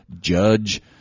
Judge